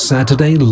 Saturday